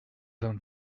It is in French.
vingt